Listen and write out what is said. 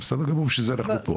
זה בסדר גמור, בשביל זה אנחנו פה.